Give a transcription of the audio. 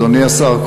אדוני השר,